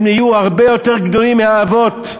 הם יהיו הרבה יותר גדולים מהאבות.